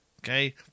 Okay